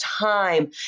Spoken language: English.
time